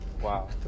wow